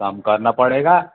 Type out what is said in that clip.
कम करना पड़ेगा